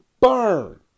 Burn